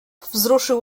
wzruszył